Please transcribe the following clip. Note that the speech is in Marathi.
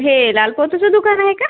हे लाल पोताचं दुकान आहे का